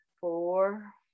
four